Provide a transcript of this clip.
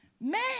man